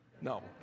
No